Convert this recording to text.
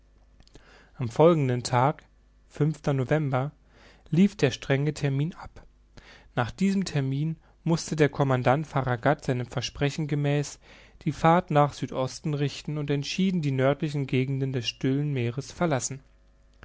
am folgenden tag november lief der strenge termin ab nach diesem termin mußte der commandant farragut seinem versprechen gemäß die fahrt nach südosten richten und entschieden die nördlichen gegenden des stillen meeres verlassen